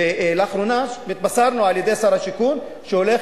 לאחרונה נתבשרנו על-ידי שר השיכון שהוא הולך